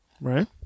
right